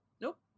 Nope